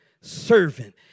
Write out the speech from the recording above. servant